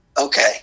okay